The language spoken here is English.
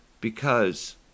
because